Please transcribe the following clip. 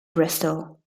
bristol